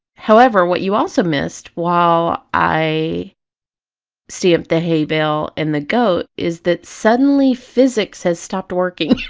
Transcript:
however what you also missed while i stamped the hay bale and the goat is that suddenly physics has stopped working